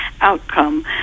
outcome